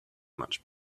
much